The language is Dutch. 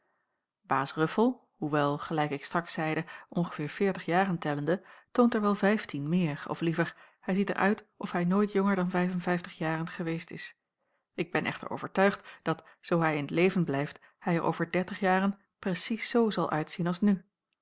baas ruffel hoewel gelijk ik straks zeide ongeveer veertig jaren tellende toont er wel vijftien meer of liever hij ziet er uit of hij nooit jonger dan vijf-en-vijftig jaren geweest is ik ben echter overtuigd dat zoo hij in t leven blijft hij er over dertig jaren precies zoo zal uitzien als nu